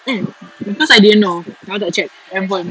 mm because I didn't know aku tak check handphone